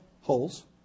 holes